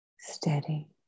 steady